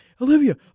Olivia